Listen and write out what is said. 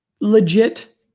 legit